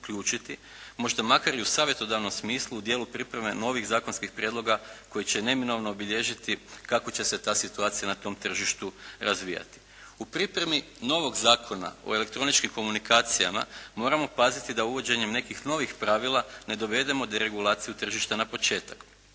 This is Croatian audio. možda makar i u savjetodavnom smislu u dijelu pripreme novih zakonskih prijedloga koji će neminovno obilježiti kako će se ta situacija na tom tržištu razvijati. U pripremi novog Zakona o elektroničkim komunikacijama moramo paziti da uvođenjem nekih novih pravila ne dovedemo deregulaciju tržišta na početak.